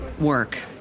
work